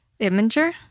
Imager